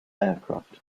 aircraft